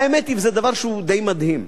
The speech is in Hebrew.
האמת היא שזה דבר שהוא די מדהים,